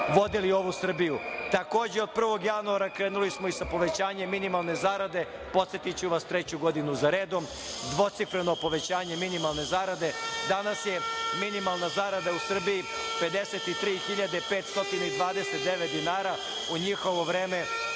vodili ovu Srbiju. Takođe, od 1. januara krenuli smo sa povećanjem minimalne zarade, podsetiću vas, treću godinu za redom dvocifreno povećanje minimalne zarade. Danas je minimalna zarada u Srbiji 53.529 dinara. U njihovo vreme